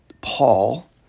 paul